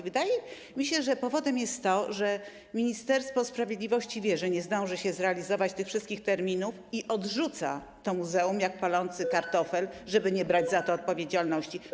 Wydaje mi się, że powodem jest to, że Ministerstwo Sprawiedliwości wie, że nie zdąży zrealizować tych wszystkich terminów i odrzuca to muzeum jak palący kartofel, żeby nie brać za to odpowiedzialności.